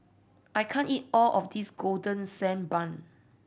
I can't eat all of this Golden Sand Bun